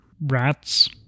Rats